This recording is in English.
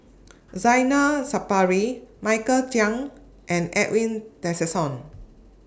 Zainal Sapari Michael Chiang and Edwin Tessensohn